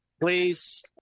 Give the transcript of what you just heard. Please